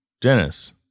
Dennis